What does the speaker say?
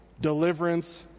deliverance